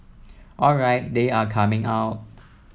alright they are coming out